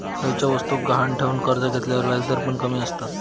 खयच्या वस्तुक गहाण ठेवन कर्ज घेतल्यार व्याजदर पण कमी आसतत